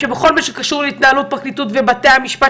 שבכל מה שקשור להתנהלות פרקליטות ובתי המשפט,